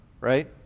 right